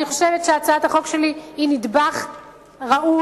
אני חושבת שהצעת החוק שלי היא נדבך ראוי,